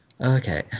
Okay